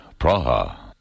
Praha